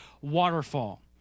waterfall